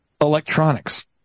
electronics